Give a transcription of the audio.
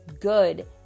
good